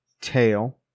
tail